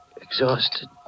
exhausted